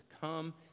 come